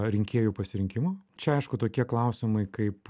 rinkėjų pasirinkimo čia aišku tokie klausimai kaip